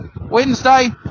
Wednesday